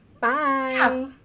Bye